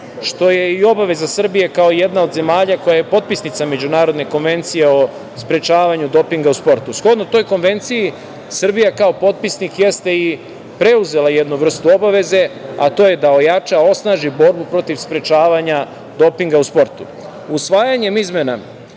što je i obaveza Srbije kao jedne od zemalja koja je potpisnica Međunarodne konvencije o sprečavanju dopinga u sportu. Shodno toj Konvenciji Srbija, kao potpisnik jeste i preuzela jednu vrstu obaveze, a to je da ojača, osnaži borbu protiv sprečavanja dopinga u